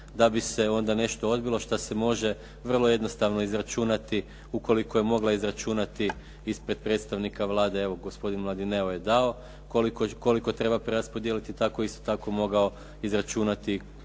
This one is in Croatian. da bi se nešto onda odbilo što se može vrlo jednostavno izračunati ukoliko je mogla izračunati ispred predstavnika Vlade. Evo gospodin Mladineo je dao koliko treba preraspodijeliti tako je isto kao mogao izračunati